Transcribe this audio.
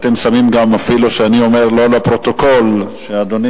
אתם שמים לב שאני אפילו לא אומר "לפרוטוקול" אדוני